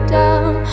down